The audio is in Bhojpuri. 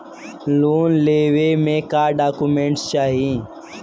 लोन लेवे मे का डॉक्यूमेंट चाही?